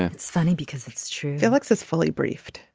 it's funny because it's true. felix is fully briefed.